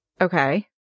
Okay